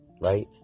right